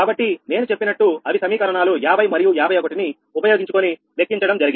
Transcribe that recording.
కాబట్టి నేను చెప్పినట్టు అవి సమీకరణాలు 50 మరియు 51 ని ఉపయోగించుకొని లెక్కించడం జరిగింది